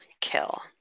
kill